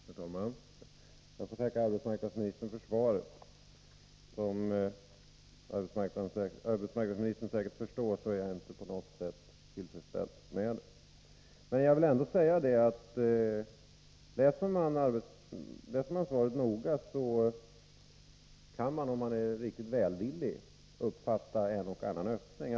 Herr talman! Jag får tacka arbetsmarknadsministern för svaret. Som arbetsmarknadsministern säkert förstår är jag inte på något sätt tillfredsställd med det. Men jag vill ändå säga: Läser man svaret noga kan man — om man är riktigt välvillig — uppfatta en och annan öppning.